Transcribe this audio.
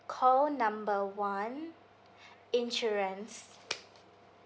call number one insurance